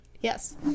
Yes